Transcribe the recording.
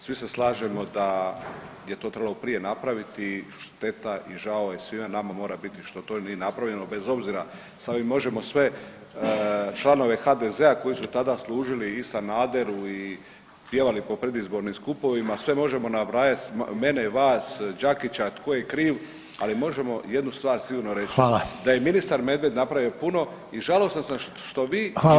Svi se slažemo da je to trebalo prije napraviti, šteta i žao je svima nama mora biti što to nije napravljeno bez obzira … možemo sve članove HDZ-a koji su tada služili i Sanaderu i pjevali po predizbornim skupovima sve možemo nabrajat mene, vas, Đakića tko je kriv, ali možemo jednu stvar sigurno reć Upadica: Hvala./... da je ministar Medved napravio puno i žalosno što vi